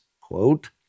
quote